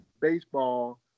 baseball